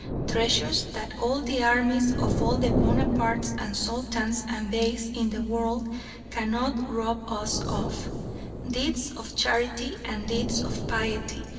treasures that all the armies of all the bonapartes and sultans and beys in the world cannot rob us of deeds of charity and deeds of piety,